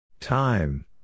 Time